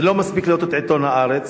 אז אני לא מספיק לראות את עיתון "הארץ".